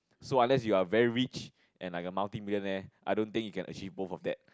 so unless you are very rich and like a multi millionaire I don't thing you can achieve both of that